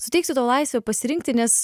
suteiksiu tau laisvę pasirinkti nes